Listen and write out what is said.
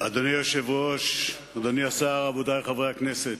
אדוני היושב-ראש, אדוני השר, רבותי חברי הכנסת,